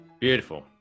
Beautiful